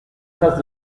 traces